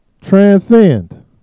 Transcend